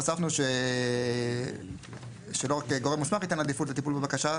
הוספנו שלא רק גורם מוסמך ייתן עדיפות לטיפול בבקשה,